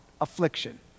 affliction